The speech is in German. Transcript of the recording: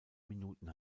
minuten